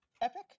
Epic